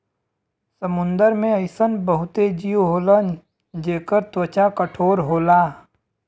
समुंदर में अइसन बहुते जीव होलन जेकर त्वचा कठोर होला